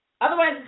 Otherwise